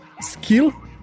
skill